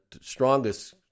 strongest